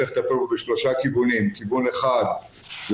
צריך לטפל בו בשלושה כיוונים: כיוון אחד זה